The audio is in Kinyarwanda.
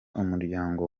umuryango